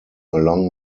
along